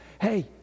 Hey